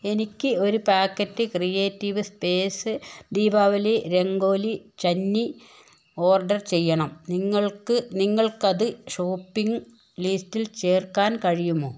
എനിക്ക് ഒരു packet creative space Deepavali rangoli ചന്നി ഓർഡർ ചെയ്യണം നിങ്ങൾക്ക് നിങ്ങൾക്കത് ഷോപ്പിംഗ് ലിസ്റ്റിൽ ചേർക്കാൻ കഴിയുമോ